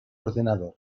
ordenador